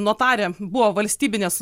notarė buvo valstybinės